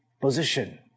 position